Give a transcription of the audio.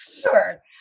Sure